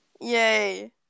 Yay